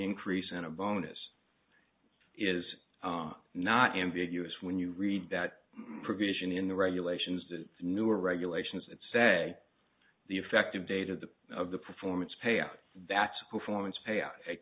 increase and a bonus is not ambiguous when you read that provision in the regulations the newer regulations that say the effective date of the of the performance payout that's performance payout a